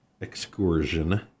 excursion